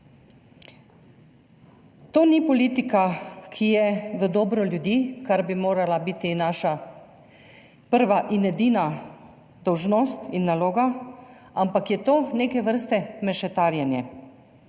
To ni politika, ki je v dobro ljudi, kar bi morala biti naša prva in edina dolžnost ter naloga, ampak je to neke vrste mešetarjenje.